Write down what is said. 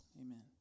amen